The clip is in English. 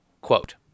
quote